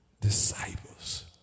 disciples